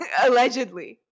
allegedly